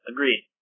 Agreed